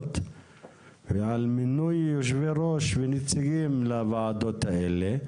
ועל מינוי יושב ראש ונציגים לוועדות האלה.